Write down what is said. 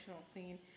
scene